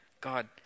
God